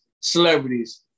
Celebrities